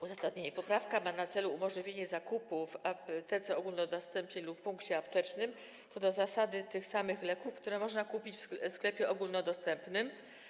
Uzasadnienie: poprawka ma na celu umożliwienie zakupów w aptece ogólnodostępnej lub w punkcie aptecznym co do zasady tych samych leków, które można kupić w sklepie ogólnodostępnym.